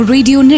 Radio